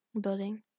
building